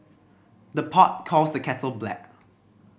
the pot calls the kettle black